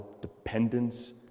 dependence